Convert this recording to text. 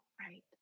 right